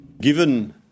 Given